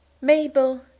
Mabel